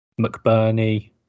McBurney